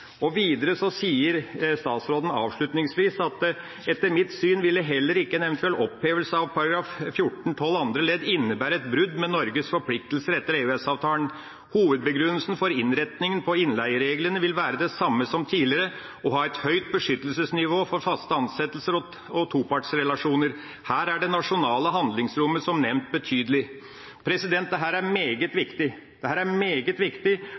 Videre sier statsråden avslutningsvis: «Etter mitt syn ville heller ikke en eventuell opphevelse av § 14-12 andre ledd innebære et brudd med Norges forpliktelser etter EØS-avtalen. Hovedbegrunnelsen for innretningen på innleiereglene vil være den samme som tidligere; å ha et høyt beskyttelsesnivå for faste ansettelser og topartsrelasjoner. Her er det nasjonale handlingsrommet som nevnt betydelig.» Dette er meget viktig. Dette er meget viktig fordi det statsråden nå sier, er